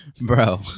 Bro